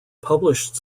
published